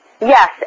Yes